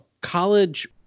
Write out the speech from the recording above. college